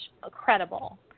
credible